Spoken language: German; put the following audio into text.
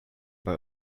bei